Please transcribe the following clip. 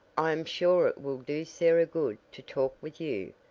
i am sure it will do sarah good to talk with you.